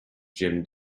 jim